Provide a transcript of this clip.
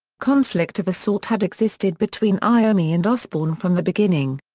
conflict of a sort had existed between iommi and osbourne from the beginning.